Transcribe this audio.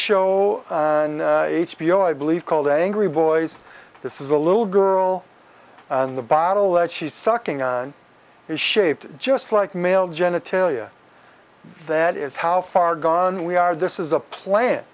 show on h b o i believe called angry boys this is a little girl on the bottle that she's sucking on his shaved just like male genitalia that is how far gone we are this is a plan